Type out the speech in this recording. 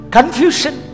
Confusion